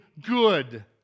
good